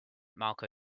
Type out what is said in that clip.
malco